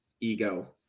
ego